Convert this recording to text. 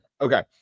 okay